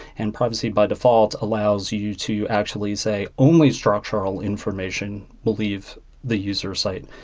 and privacy by default allows you to actually say only structural information will leave the user site.